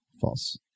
False